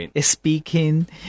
speaking